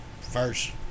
First